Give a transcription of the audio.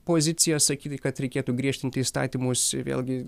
poziciją sakyti kad reikėtų griežtinti įstatymus vėlgi